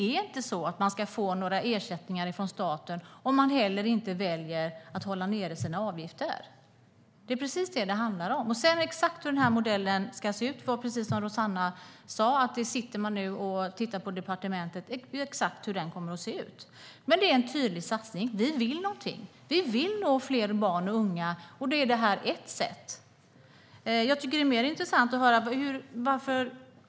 Kommunerna ska inte få ersättningar från staten om de inte väljer att hålla ned avgifterna. Exakt hur modellen ska se ut tar man nu, precis som Rossana Dinamarca sa, fram på departementet. Det är en tydlig satsning. Vi vill nå fram till fler barn och unga. Det här är ett sätt.